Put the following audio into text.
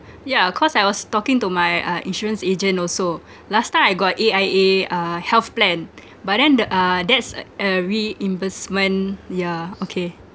yeah cause I was talking to my uh insurance agent also last time I got A_I_A uh health plan but then the uh that's uh a reimbursement yeah okay